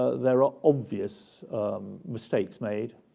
ah there are obvious mistakes made.